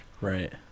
Right